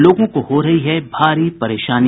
लोगों को हो रही है भारी परेशानी